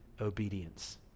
obedience